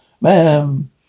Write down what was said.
Ma'am